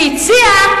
שהציע,